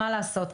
מה לעשות.